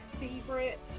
favorite